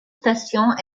stations